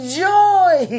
joy